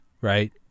right